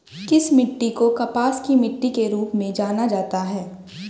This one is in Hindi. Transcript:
किस मिट्टी को कपास की मिट्टी के रूप में जाना जाता है?